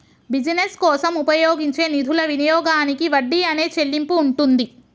business కోసం ఉపయోగించే నిధుల వినియోగానికి వడ్డీ అనే చెల్లింపు ఉంటుంది